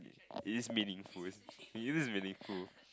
it is meaningful he uses meaningful